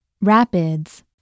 Rapids